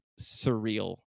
surreal